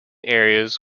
areas